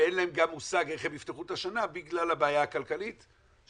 ואין להם גם מושג איך הם יפתחו את השנה בגלל הבעיה הכלכלית שהעליתם.